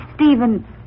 Stephen